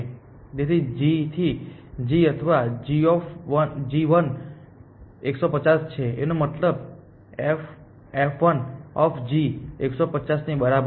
તેથી g થી g અથવા g1 150 છે એનો મતલબ f1 150 ની બરાબર છે